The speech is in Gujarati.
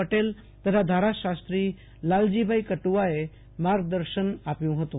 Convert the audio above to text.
પટેલ તથા ધારાશાસ્ત્રી લાલજીભાઈ કટુઆએ માર્ગદર્શન આપ્યુ હતું